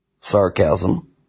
sarcasm